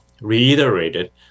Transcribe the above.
reiterated